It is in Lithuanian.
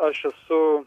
aš esu